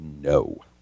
No